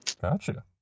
Gotcha